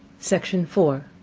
section four.